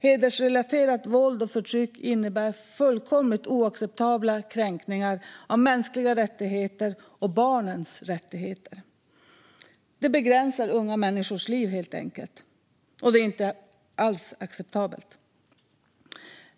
Hedersrelaterat våld och förtryck innebär fullkomligt oacceptabla kränkningar av mänskliga rättigheter och barns rättigheter. Det begränsar helt enkelt unga människors liv, och det är helt oacceptabelt.